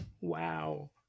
Wow